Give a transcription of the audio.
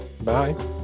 Bye